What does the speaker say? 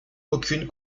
aucune